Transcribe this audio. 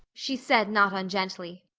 she said not ungently.